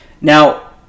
now